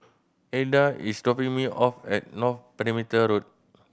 Elida is dropping me off at North Perimeter Road